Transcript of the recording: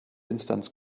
instanz